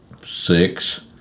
six